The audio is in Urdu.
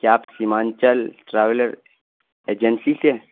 کیا آپ سیمانچل ٹریول ایجنسی سے